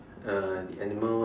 uh the animal